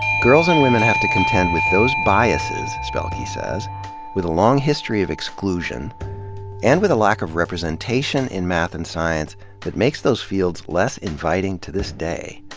girls and women have to contend with those biases, spelke says with a long history of exclusion and with a lack of representation in math and science that makes those fields less inviting to this day.